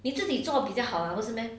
你自己做比较好啊不是 meh